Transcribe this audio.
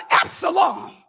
Absalom